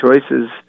choices